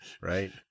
Right